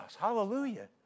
Hallelujah